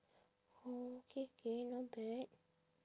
oh K K not bad